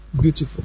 Beautiful